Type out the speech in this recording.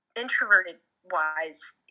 introverted-wise